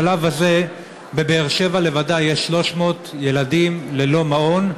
בשלב הזה בבאר-שבע בוודאי יש 300 ילדים ללא מעון,